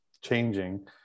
changing